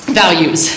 values